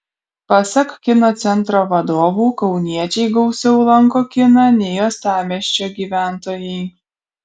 pasak kino centro vadovų kauniečiai gausiau lanko kiną nei uostamiesčio gyventojai